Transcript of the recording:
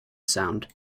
sound